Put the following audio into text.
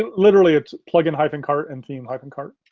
literally it's plugin hyphen cart and theme hyphen cart.